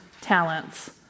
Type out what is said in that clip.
talents